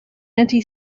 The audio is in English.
anti